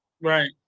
right